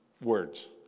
words